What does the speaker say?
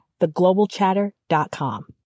theglobalchatter.com